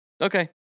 Okay